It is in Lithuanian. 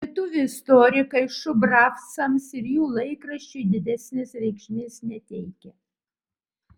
lietuvių istorikai šubravcams ir jų laikraščiui didesnės reikšmės neteikia